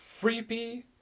creepy